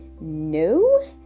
no